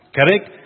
Correct